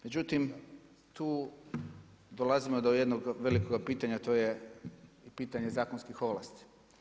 Međutim tu dolazimo do jednog velikog pitanja, to je pitanje zakonskih ovlasti.